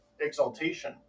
exaltation